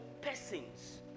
persons